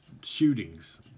shootings